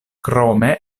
krome